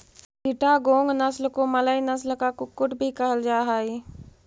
चिटागोंग नस्ल को मलय नस्ल का कुक्कुट भी कहल जा हाई